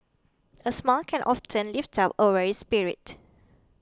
a smile can often lift up a weary spirit